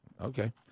Okay